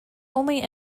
only